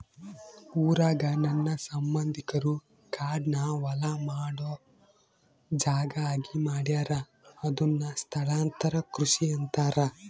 ಊರಾಗ ನನ್ನ ಸಂಬಂಧಿಕರು ಕಾಡ್ನ ಹೊಲ ಮಾಡೊ ಜಾಗ ಆಗಿ ಮಾಡ್ಯಾರ ಅದುನ್ನ ಸ್ಥಳಾಂತರ ಕೃಷಿ ಅಂತಾರ